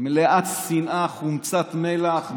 מלאת שנאה, חומצת מלח בבטן.